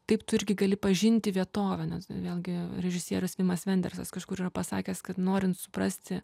taip tu irgi gali pažinti vietovę nes vėlgi režisierius vimas vendersas kažkur yra pasakęs kad norint suprasti